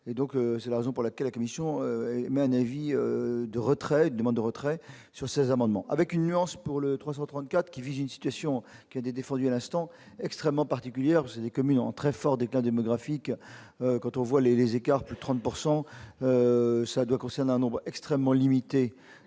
c'est la raison pour laquelle la commission émet un avis de retrait demande de retrait sur ces amendements avec une nuance pour le 334 qui vise une situation qui est défendue à l'instant extrêmement particulière parce que les communes en très fort déclin démographique, quand on voit les écarts de 30 pourcent ça doit concerner un nombre extrêmement limité